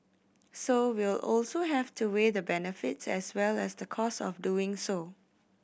so we'll also have to weigh the benefits as well as the cost of doing so